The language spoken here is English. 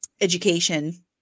education